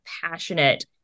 passionate